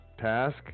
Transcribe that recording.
task